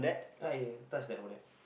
ah yeah touch that over there